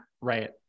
Right